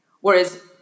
Whereas